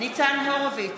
ניצן הורוביץ,